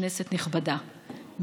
כנסת נכבדה,